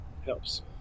Helps